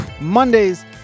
Mondays